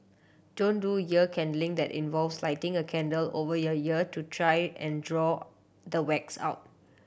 don't do ear candling that involves lighting a candle over your ear to try and draw the wax out